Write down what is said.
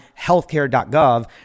healthcare.gov